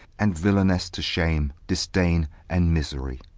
and villainess to shame, disdain, and misery.